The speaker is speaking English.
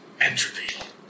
Entropy